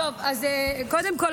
קודם כול,